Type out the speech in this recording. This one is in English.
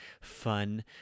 fun